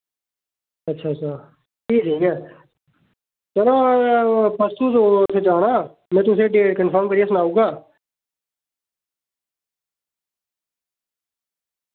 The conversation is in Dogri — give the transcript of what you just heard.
अच्छा अच्छा फ्ही ठीक ऐ चलो फर्स्ट तरीक गी जाना में तुसेंगी डेट कंफर्म करियै सनाई ओड़गा